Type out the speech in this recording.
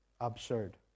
absurd